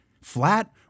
Flat